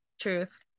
Truth